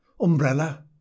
Umbrella